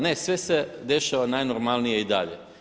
Ne, sve se dešava najnormalnije i dalje.